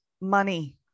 Money